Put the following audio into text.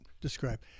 describe